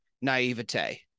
naivete